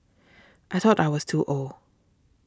I thought I was too old